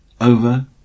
over